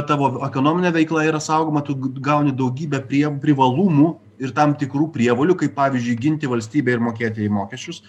tavo ekonominė veikla yra saugoma tu gauni daugybę prie privalumų ir tam tikrų prievolių kaip pavyzdžiui ginti valstybę ir mokėt jai mokesčius